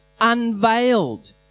unveiled